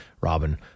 Robin